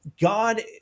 God